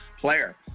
player